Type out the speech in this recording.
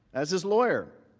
as his lawyer.